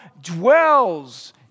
dwells